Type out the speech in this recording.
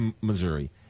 Missouri